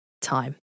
time